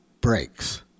breaks